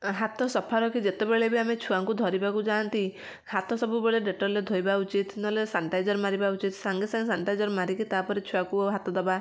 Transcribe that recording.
ହାତ ସଫାରଖି ଯେତେବେଳେ ବି ଆମେ ଛୁଆଙ୍କୁ ଧରିବାକୁ ଯାଆନ୍ତି ହାତ ସବୁବେଳେ ଡେଟଲରେ ଧୋଇବା ଉଚିତ ନହେଲେ ସାନିଟାଇଜର ମାରିବା ଉଚିତ ସାଙ୍ଗେ ସାଙ୍ଗେ ସାନିଟାଇଜର ମାରିକି ତାପରେ ଛୁଆକୁ ହାତ ଦବା